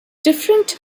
different